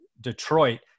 Detroit